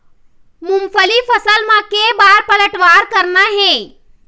मूंगफली फसल म के बार पलटवार करना हे?